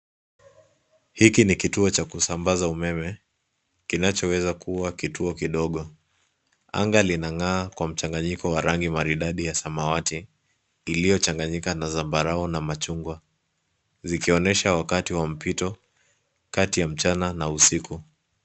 Hiki ni kituo cha kusambaza umeme kinachoweza kuwa kituo kidogo. Anga linang'aa kwa mchanganyiko wa rangi maridadi ya samawati iliyochanganyika na zambarau na machungwa, zikionyesha wakati wa mpito kati ya mchana na usiku.